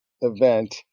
event